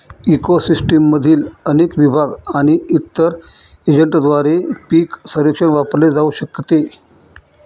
eco सिस्टीममधील अनेक विभाग आणि इतर एजंटद्वारे पीक सर्वेक्षण वापरले जाऊ शकते